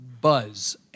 buzz